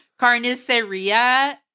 Carniceria